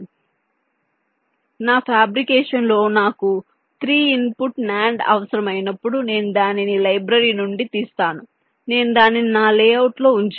కాబట్టి నా ఫ్యాబ్రికేషన్ లో నాకు మూడు ఇన్పుట్ NAND అవసరమైనప్పుడు నేను దానిని లైబ్రరీ నుండి తీస్తాను నేను దానిని నా లేఅవుట్లో ఉంచాను